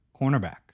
cornerback